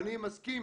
ואני מסכים,